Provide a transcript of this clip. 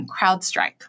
CrowdStrike